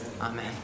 Amen